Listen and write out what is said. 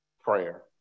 prayer